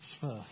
first